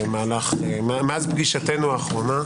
מאז פגישתנו האחרונה.